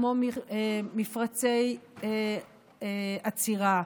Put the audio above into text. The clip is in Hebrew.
כמו מפרצי עצירה,